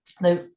Now